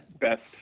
best